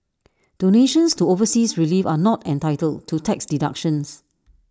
donations to overseas relief are not entitled to tax deductions